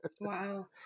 Wow